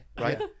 right